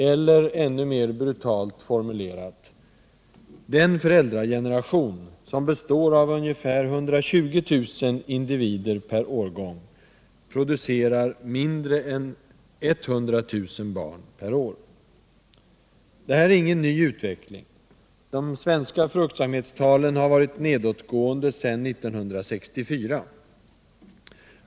Eller, ännu mer brutalt formulerat: Den föräldrageneration som består av ungefär 120 000 individer per årgång producerar mindre än 100 000 barn per år. Det här är ingen ny utveckling. De svenska fruktsamhetstalen har varit nedåtgående sedan 1964.